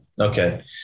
Okay